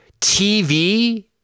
TV